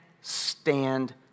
stand